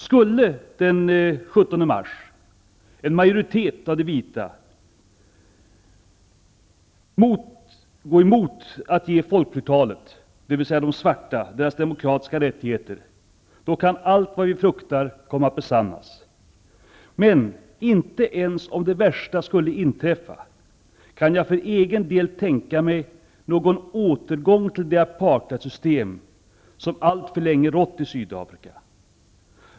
Skulle den 17 mars en majoritet av de vita gå emot förslaget att ge folkflertalet, dvs. de svarta, demokratiska rättigheter, då kan allt vad vi fruktar komma att besannas. Men inte ens om det värsta skulle inträffa kan jag för egen del tänka mig någon återgång till det apartheidsystem som alltför länge rått i Sydafrika.